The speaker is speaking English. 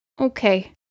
Okay